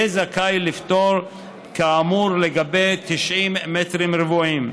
יהיה זכאי לפטור כאמור לגבי 90 מטר רבועים.